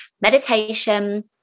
meditation